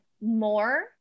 more